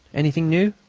anything new?